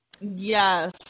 yes